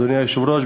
אדוני היושב-ראש,